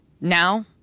now